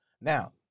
Now